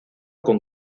con